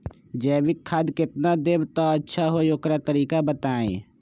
जैविक खाद केतना देब त अच्छा होइ ओकर तरीका बताई?